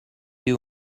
you